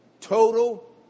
total